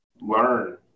learn